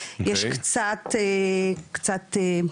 יש קצת בעיות,